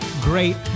great